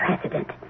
president